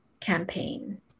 campaign